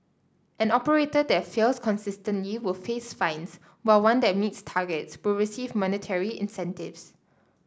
an operator that fails consistently will face fines while one that meets targets will receive monetary incentives